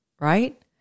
right